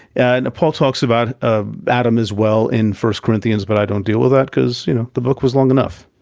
and paul talks about ah adam as well in one corinthians, but i don't deal with that because, you know, the book was long enough.